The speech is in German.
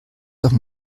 schon